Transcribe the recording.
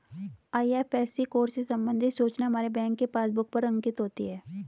IFSC code से संबंधित सूचना हमारे बैंक के पासबुक पर अंकित होती है